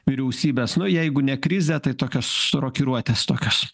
vyriausybės nu jeigu ne krizė tai tokios rokiruotės tokios